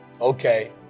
Okay